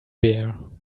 bear